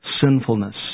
sinfulness